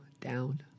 down